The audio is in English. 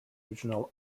original